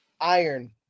Iron